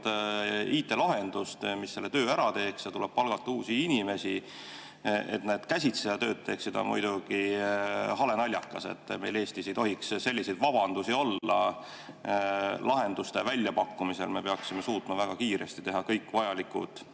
IT‑lahendust, mis selle töö ära teeks, ja tuleb palgata uusi inimesi, et need käsitsi seda tööd teeksid, on muidugi halenaljakas. Meil Eestis ei tohiks selliseid vabandusi olla lahenduste väljapakkumisel, me peaksime suutma väga kiiresti teha kõik vajalikud